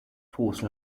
force